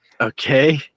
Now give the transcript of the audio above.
Okay